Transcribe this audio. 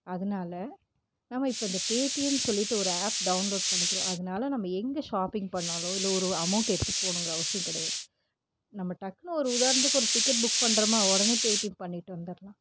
அதனால நம்ம இப்போ இந்த பேடிஎம் சொல்லிட்டு ஒரு ஆப் டவுன்லோட் பண்ணிக்கிறோம் அதனால நம்ம எங்கே ஷாப்பிங் பண்ணிணாலும் இல்லை ஒரு அமௌண்ட் எடுத்துகிட்டு போகணுங்குற அவசியம் கிடையாது நம்ம டக்குனு ஒரு உதாரணத்துக்கு ஒரு டிக்கெட் புக் பண்ணுறோமா உடனே பேடிஎம் பண்ணிகிட்டு வந்துடலாம்